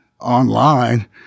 online